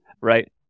right